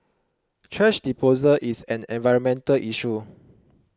thrash disposal is an environmental issue